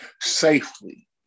safely